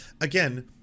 Again